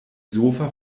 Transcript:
sofa